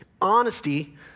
Honesty